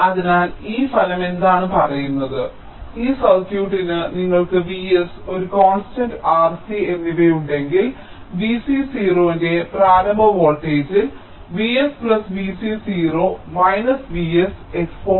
അതിനാൽ ഈ ഫലം എന്താണ് പറയുന്നത് ഈ സർക്യൂട്ടിന് നിങ്ങൾക്ക് V s ഒരു കോൺസ്റ്റന്റ് R C എന്നിവയുണ്ടെങ്കിൽ V c 0 ന്റെ പ്രാരംഭ വോൾട്ടേജിൽ V s V c 0 V s exponential t R c ആണ്